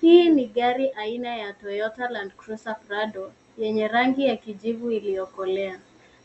Hii ni gari aina ya Toyota landcruiser prado yenye rangi ya kijivu iliyokolea.